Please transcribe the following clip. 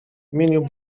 imieniu